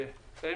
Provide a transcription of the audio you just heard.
הצבעה אושר.